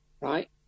right